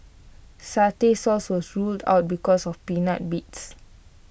Satay Sauce was ruled out because of peanut bits